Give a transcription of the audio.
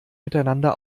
miteinander